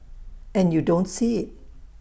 and you don't see IT